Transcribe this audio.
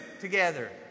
together